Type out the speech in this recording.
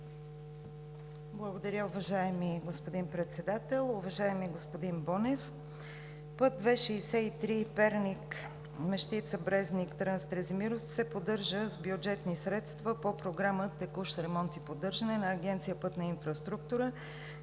Благодаря, уважаеми господин Председател. Уважаеми господин Бонев, републикански път ІІ-63 Перник – Мещица – Брезник – Трън – Стрезимировци се поддържа с бюджетни средства по Програма „Текущ ремонт и поддържане“ на Агенция „Пътна инфраструктура“